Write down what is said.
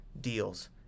deals